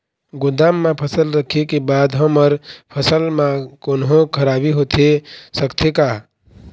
गोदाम मा फसल रखें के बाद हमर फसल मा कोन्हों खराबी होथे सकथे का?